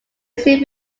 easily